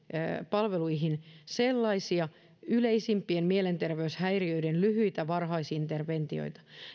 palveluihin sellaisia yleisimpien mielenterveyshäiriöiden lyhyitä varhaisinterventioita